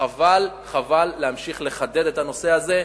חבל להמשיך לחדד את הנושא הזה.